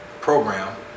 program